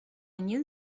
nie